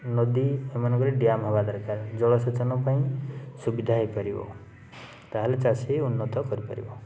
ନଦୀ ଏମାନଙ୍କରେ ଡ୍ୟାମ୍ ହବା ଦରକାର ଜଳସେଚନ ପାଇଁ ସୁବିଧା ହେଇପାରିବ ତାହେଲେ ଚାଷୀ ଉନ୍ନତ କରିପାରିବ